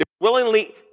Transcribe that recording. willingly